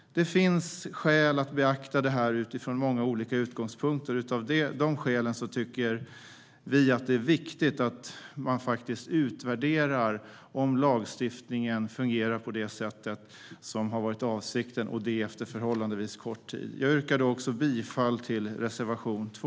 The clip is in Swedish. Det finns skäl att beakta det här utifrån många olika utgångspunkter. Av de skälen tycker vi att det är viktigt att utvärdera om lagstiftningen fungerar på det sätt som har avsetts och det efter förhållandevis kort tid. Jag yrkar också bifall till reservation 2.